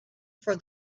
for